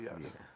yes